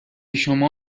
شما